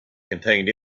contained